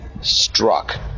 struck